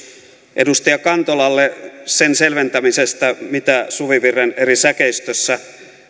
edustaja kantolalle sen selventämisestä mitä suvivirren eri säkeistöissä